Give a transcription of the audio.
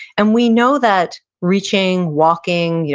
and we know that reaching, walking,